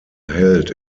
held